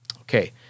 Okay